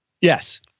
Yes